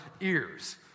ears